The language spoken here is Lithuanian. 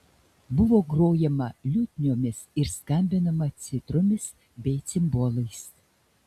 buvo grojama liutniomis ir skambinama citromis bei cimbolais